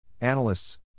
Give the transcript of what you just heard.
analysts